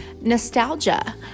nostalgia